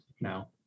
now